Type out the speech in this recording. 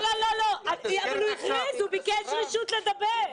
לא לא, הוא הכריז, הוא ביקש רשות לדבר.